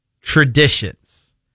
traditions